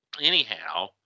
anyhow